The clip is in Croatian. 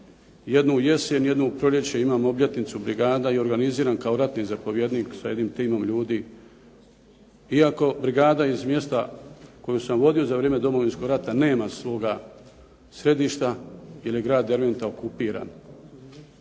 jednu u jesen, jednu u proljeće imam obljetnicu brigada i organiziram kao ratni zapovjednik sa jednim timom ljudi, iako brigada iz mjesta koju sam vodio za vrijeme Domovinskog rata nema svoga središta, jer je grad Derventa okupiran.